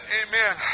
amen